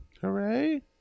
Hooray